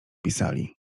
pisali